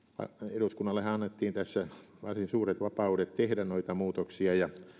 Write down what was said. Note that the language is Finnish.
eduskunnallehan annettiin tässä varsin suuret vapaudet tehdä noita muutoksia ja